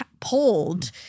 pulled